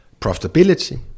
profitability